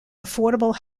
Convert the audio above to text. affordable